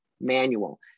manual